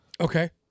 Okay